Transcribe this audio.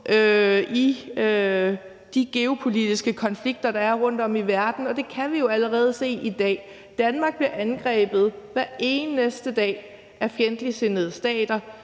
i de geopolitiske konflikter, der er rundtom i verden. Det kan vi jo allerede se i dag. Danmark bliver angrebet hver eneste dag af fjendtligsindede stater